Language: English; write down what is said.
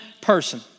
person